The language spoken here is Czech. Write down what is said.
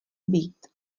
být